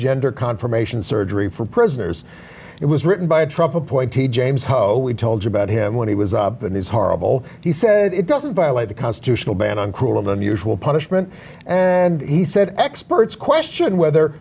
gender confirmation surgery for prisoners it was written by a trump appointee james ho we told you about him when he was up with his horrible he said it doesn't violate the constitutional ban on cruel and unusual punishment and he said experts question whether